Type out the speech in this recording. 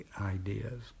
ideas